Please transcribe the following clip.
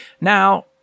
Now